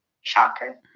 Shocker